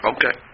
Okay